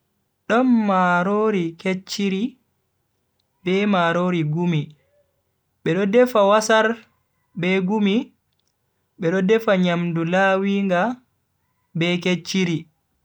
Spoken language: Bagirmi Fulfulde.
Don marori kecchiri be marori gumi, bedo defa wasar be gumi bedo defa nyamdu lawinga be kecchiri